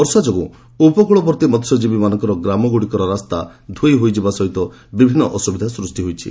ବର୍ଷା ଯୋଗୁଁ ଉପକୃଳବର୍ତ୍ତୀ ମହ୍ୟଜୀବୀମାନଙ୍କର ଗ୍ରାମଗୁଡ଼ିକର ରାସ୍ତା ଧୋଇହୋଇଯିବା ସହ ବିଭିନ୍ନ ଅସୁବିଧା ସୃଷ୍ଟି ହୋଇଛି